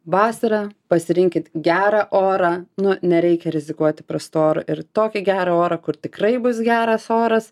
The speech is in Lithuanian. vasarą pasirinkit gerą orą nu nereikia rizikuoti prastu oru ir tokį gerą orą kur tikrai bus geras oras